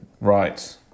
Right